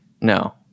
No